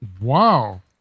Wow